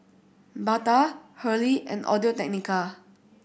Bata Hurley and Audio Technica